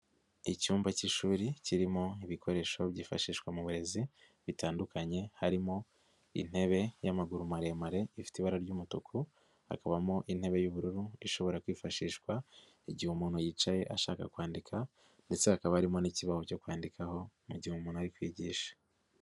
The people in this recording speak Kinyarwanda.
Icyumba cy'ishuri, kirimo ibikoresho byifashishwa mu burezi butandukanye, harimo intebe y'amaguru maremare, ifite ibara ry'umutuku, hakabamo intebe y'ubururu, ishobora kwifashishwa igihe umuntu yicaye ashaka kwandika ndetse hakaba harimo n'ikibazo cyo kwandikaho mu gihe umuntu ari kwigisha.